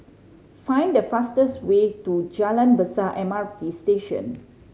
find the fastest way to Jalan Besar M R T Station